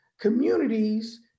communities